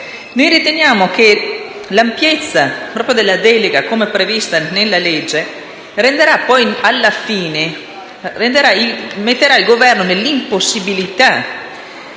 Noi riteniamo che l'ampiezza della delega, come prevista nella legge, metterà il Governo nell'impossibilità